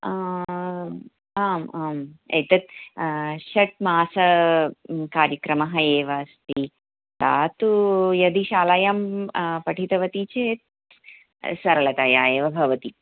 आम् आम् एतत् षट् मासकार्यक्रमः एव अस्ति सा तु यदि शालायां पठितवती चेत् सरलतया एव भवति